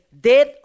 death